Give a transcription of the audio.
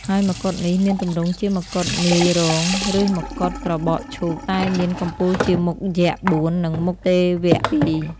ហើយមកុដនេះ មានទម្រង់ជាមកុដនាយរោង ឬមកុដត្របកឈូក តែមានកំពូលជាមុខយក្សបួន និងមុខទេវៈពីរ។